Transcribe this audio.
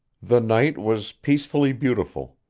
the night was peacefully beautiful.